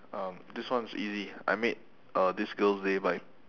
um this one is easy I made uh this girl's day by